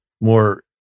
more